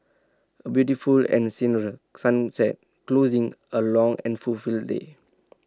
A beautiful and senery sunset closing A long and full full day